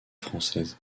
françaises